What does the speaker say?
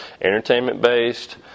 entertainment-based